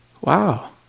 Wow